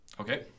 Okay